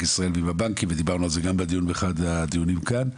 ישראל ועם הבנקים ודיברנו על זה גם באחד הדיונים כאן.